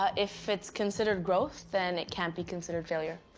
ah if it's considered growth, then it can't be considered failure.